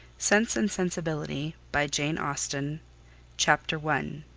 sense and sensibility by jane austen chapter one